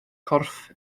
corff